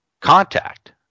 contact